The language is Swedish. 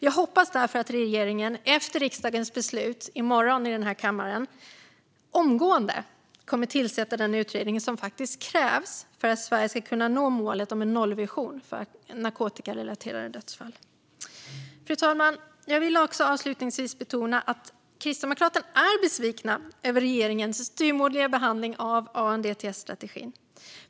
Jag hoppas därför att regeringen, efter riksdagens beslut i kammaren i morgon, omgående kommer att tillsätta den utredning som krävs för att Sverige ska kunna nå målet om en nollvision för narkotikarelaterade dödsfall. Fru talman! Jag vill avslutningsvis betona att vi kristdemokrater är besvikna över regeringens styvmoderliga hantering av ANDTS-strategin.